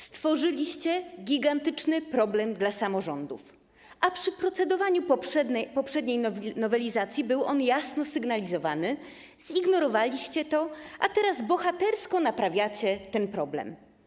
Stworzyliście gigantyczny problem dla samorządów, a przy procedowaniu poprzedniej nowelizacji był on jasno sygnalizowany - zignorowaliście to, a teraz bohatersko naprawiacie ten problem.